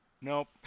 Nope